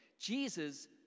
Jesus